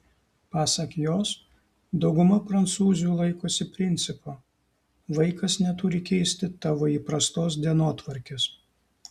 pasak jos dauguma prancūzių laikosi principo vaikas neturi keisti tavo įprastos dienotvarkės